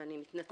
ואני מתנצלת.